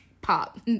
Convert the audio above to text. pop